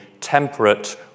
temperate